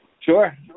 Sure